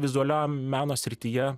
vizualiam meno srityje